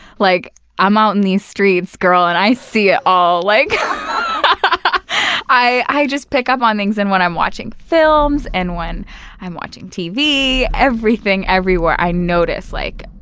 like i'm out in these streets, gurl, and i see it all. like i i just pick up on things and when i'm watching films and when i'm watching tv. everything everywhere, i notice. like,